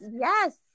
yes